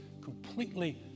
completely